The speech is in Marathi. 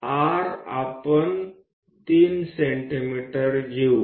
r आपण 3 सेंटीमीटर घेऊ